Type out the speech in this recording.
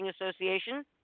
association